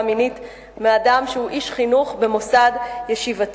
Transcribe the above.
מינית מאדם שהוא איש חינוך במוסד ישיבתי.